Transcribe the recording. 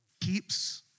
Keeps